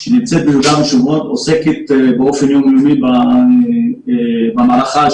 שנמצאת ביהודה ושומרון עוסקת באופן יום-יומי במערכה על